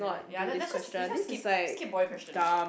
ya let ya let let's just let's just skip skip boy questions